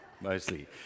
Mostly